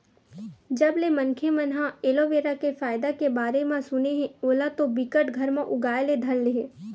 जब ले मनखे मन ह एलोवेरा के फायदा के बारे म सुने हे ओला तो बिकट घर म उगाय ले धर ले हे